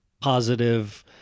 positive